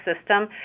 system